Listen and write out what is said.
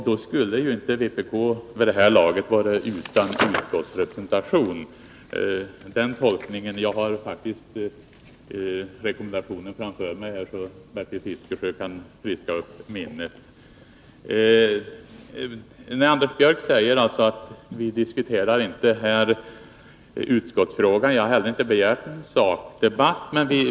Då skulle ju inte vpk vid det här laget vara utan utskottsrepresentation, Jag har faktiskt rekommendationen framför mig, så jag kan friska upp Anders Björck säger att vi diskuterar inte här frågan om partiernas representation i utskotten, men jag har heller inte begärt någon sakdebatt.